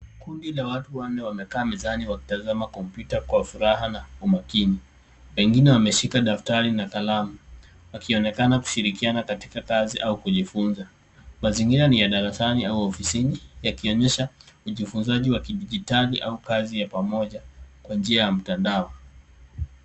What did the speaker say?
Kundi la watu wanne wamekaa mezani wakitazama kompyuta kwa furaha na umakini. Wengine wameshika daftari na kalamu wakionekana kushirikiana katika kazi au kujifunza. Mazingira ni ya darasani au ofisini yakionyesha ujifunzaji wa kidijitali au kazi ya pamoja kwa njia ya mtandao.